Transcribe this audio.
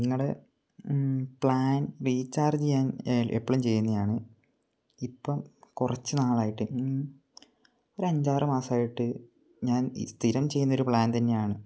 നിങ്ങൾ plan recharge ചെയ്യാൻ എപ്പോഴും ചെയ്യുന്നതാണ് ഇപ്പം കുറച്ച് നാളായിട്ട് ഒരു അഞ്ച് ആറ് മാസം ആയിട്ട് ഞാൻ ഈ സ്ഥിരം ചെയ്യുന്നൊരു പ്ലാൻ തന്നെയാണ്